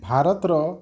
ଭାରତର